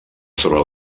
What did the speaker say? sobre